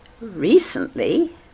recently